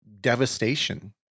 devastation